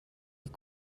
est